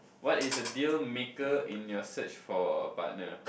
what is a deal maker in your search for a partner